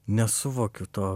nesuvokiu to